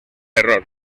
error